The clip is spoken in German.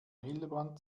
hildebrand